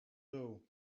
doe